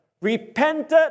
repented